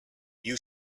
you